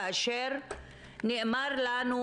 כאשר נאמר לנו,